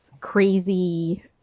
crazy